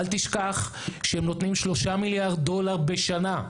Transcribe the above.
אל תשכח שהם נותנים 3 מיליארד דולר בשנה,